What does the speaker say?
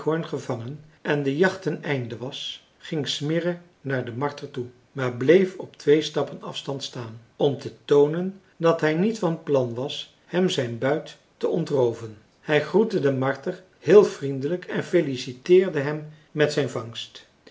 gevangen en de jacht ten einde was ging smirre naar den marter toe maar bleef op twee stappen afstand staan om te toonen dat hij niet van plan was hem zijn buit te ontrooven hij groette den marter heel vriendelijk en feliciteerde hem met zijn vangst